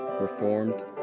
Reformed